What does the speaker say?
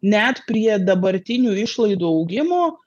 net prie dabartinių išlaidų augimo